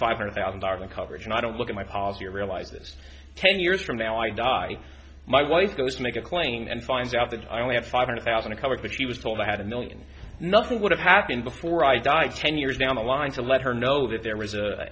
five hundred thousand dollars the coverage and i don't look at my policy or realize this ten years from now i die my wife goes make a claim and find out that i only have five hundred thousand dollars but she was told i had a million nothing would have happened before i died ten years down the line to let her know that there was a